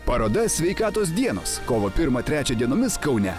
paroda sveikatos dienos kovo pirmą trečią dienomis kaune